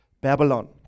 babylon